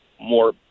more